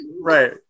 Right